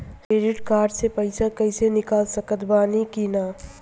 Credit card से पईसा cash निकाल सकत बानी की ना?